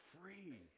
free